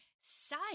say